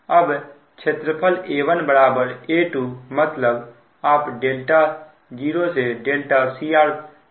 अब क्षेत्रफल A1 A2 मतलब आप 0 से cr ले